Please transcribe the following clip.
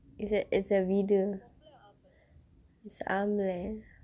is a is a வீடு:viidu is ஆம்பள:aampala